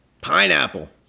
Pineapple